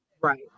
Right